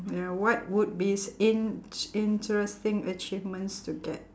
ya what would be s~ in~ interesting achievements to get